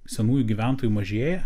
senųjų gyventojų mažėja